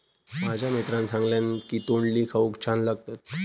माझ्या मित्रान सांगल्यान की तोंडली खाऊक छान लागतत